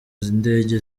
z’indege